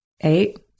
Eight